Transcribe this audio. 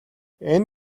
энэ